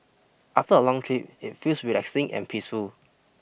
after a long trip it feels relaxing and peaceful